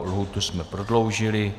Lhůtu jsme prodloužili.